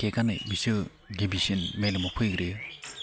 केकआ नै बेसो गिबिसिन मेलेमाव फैग्रोयो